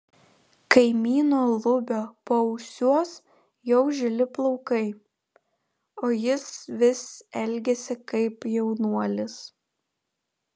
kaimyno lubio paausiuos jau žili plaukai o jis vis elgiasi kaip jaunuolis